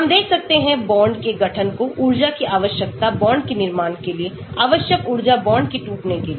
हम देख सकते हैं बॉन्ड के गठन को ऊर्जा की आवश्यकता बॉन्ड के निर्माण के लिए आवश्यक ऊर्जा बॉन्ड के टूटने के लिए